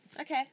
Okay